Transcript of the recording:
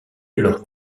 lors